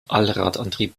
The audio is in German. allradantrieb